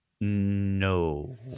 No